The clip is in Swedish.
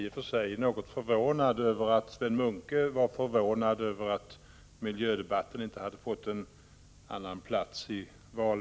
Herr talman!